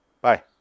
Bye